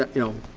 you know,